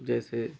जैसे